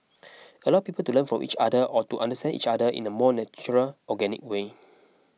allow people to learn from each other or to understand each other in a more natural organic way